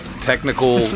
Technical